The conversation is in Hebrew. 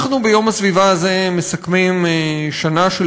ביום הסביבה הזה אנחנו מסכמים שנה של